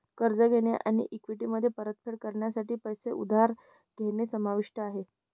कर्ज घेणे आणि इक्विटीमध्ये परतफेड करण्यासाठी पैसे उधार घेणे समाविष्ट आहे